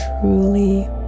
truly